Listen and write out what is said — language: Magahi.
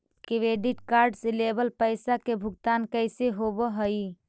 क्रेडिट कार्ड से लेवल पैसा के भुगतान कैसे होव हइ?